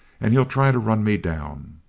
and he'll try to run me down.